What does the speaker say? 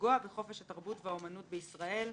לפגוע בחופש התרבות והאמנות בישראל,